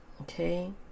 okay